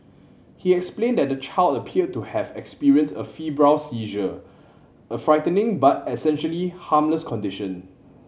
he explained that the child appeared to have experienced a febrile seizure a frightening but essentially harmless condition